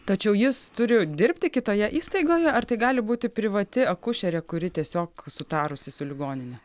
tačiau jis turi dirbti kitoje įstaigoje ar tai gali būti privati akušerė kuri tiesiog sutarusi su ligonine